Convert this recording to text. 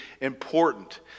important